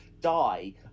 die